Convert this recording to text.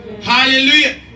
Hallelujah